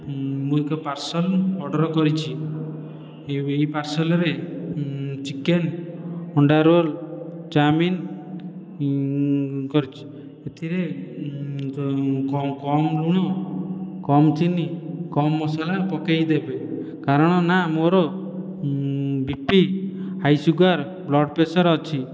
ମୁଁ ଏକ parcel order କରିଛି ଏହି ପାର୍ସଲରେ ଚିକେନ ଅଣ୍ଡା ରୋଲ ଚାଉମିନ କରିଛି ଏଥିରେ କମ୍ ଲୁଣ କମ୍ ଚିନି କମ୍ ମସଲା ପକାଇ ଦେବେ କାରଣ ନା ମୋର BP high sugar blood pressure ଅଛି